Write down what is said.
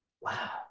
Wow